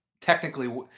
technically